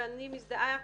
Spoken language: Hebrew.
ואני מזדהה,